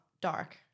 Dark